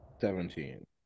Seventeen